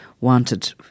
wanted